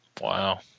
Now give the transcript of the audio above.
Wow